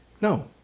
No